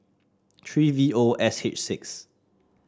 three V O S H six